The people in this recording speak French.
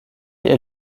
est